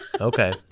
okay